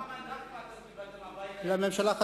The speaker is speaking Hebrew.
כמה מנדטים קיבלתם בבית היהודי, שלושה?